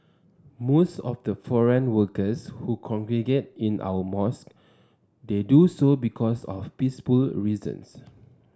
most of the foreign workers who congregate in our mosques they do so because of peaceful reasons